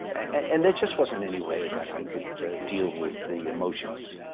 and there just wasn't any way that i could deal with the emotions